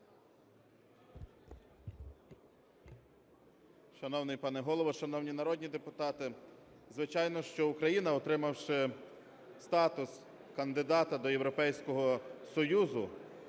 Шановний пане Голово! Шановні народні депутати! Звичайно, що Україна, отримавши статус кандидата до Європейського Союзу,